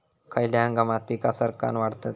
खयल्या हंगामात पीका सरक्कान वाढतत?